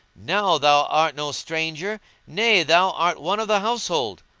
now thou art no stranger nay, thou art one of the household.